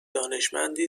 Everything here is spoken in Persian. دانشمندی